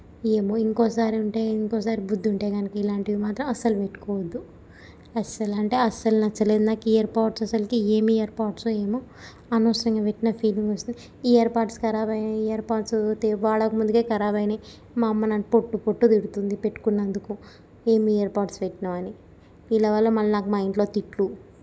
ఏమో ఇంకోకసారి ఉంటే ఇంకోకసారి బుద్దుంటే కనుక ఇలాంటివి మాత్రం అస్సలు పెట్టుకోవద్దు అస్సలంటే అస్సలు నచ్చలేదు నాకు ఇయర్ పోడ్స్ అస్సలు ఏమీ ఇయర్ పోడ్సో ఏమో అనవసరంగా పెట్టిన ఫీలింగ్ వస్తుంది ఈ ఇయర్ పోడ్స్ ఖరాబ్ అయినాయి ఇయర్ పోడ్సు వాడక ముందుకే ఖరాబ్ అయినాయి మా అమ్మ నన్ను పొట్టు పొట్టు తిడుతుంది పెట్టుకున్నందుక ఏమి ఇయర్ పోడ్స్ పెట్టినవని వీళ్ళ వల్ల మళ్ళీ నాకు మా ఇంట్లో తిట్లు